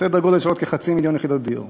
לסדר-גודל של עוד כחצי מיליון יחידות דיור